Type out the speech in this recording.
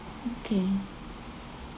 okay